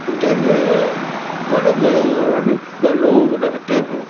دہلی بڑے بڑے مذاہب کے لوگ رہتے ہیں